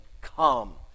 Come